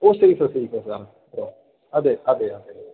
ഓ സേഫാണ് സേഫാണ് സാറേ ഓ അതെ അതെ അതെ